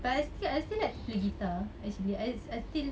but I still I still like to play guitar actually I feel